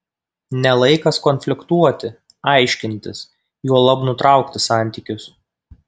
ne laikas konfliktuoti aiškintis juolab nutraukti santykius